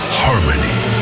harmony